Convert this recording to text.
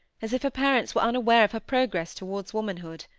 as if her parents were unaware of her progress towards womanhood.